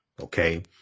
okay